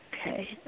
Okay